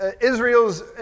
Israel's